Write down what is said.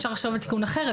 אפשר לחשוב על תיקון אחר,